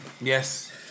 Yes